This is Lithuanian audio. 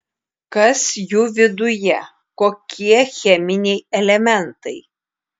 kas jų viduje kokie cheminiai elementai